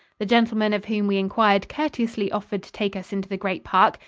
the gentleman of whom we inquired courteously offered to take us into the great park,